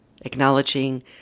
acknowledging